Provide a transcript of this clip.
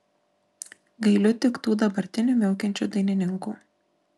gailiu tik tų dabartinių miaukiančių dainininkų